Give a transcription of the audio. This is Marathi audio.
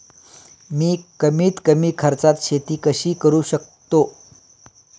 मी कमीत कमी खर्चात शेती कशी करू शकतो?